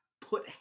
put